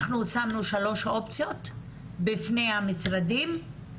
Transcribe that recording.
אנחנו שמנו שלוש אופציות בפני המשרדים.